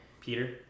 Peter